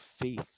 faith